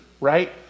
right